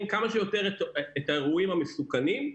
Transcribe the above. כמה שיותר את האירועים המסוכנים,